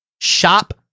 shop